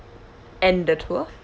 end the tour